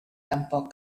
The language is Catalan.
tampoc